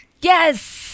yes